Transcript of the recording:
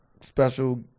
special